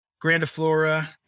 grandiflora